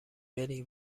بری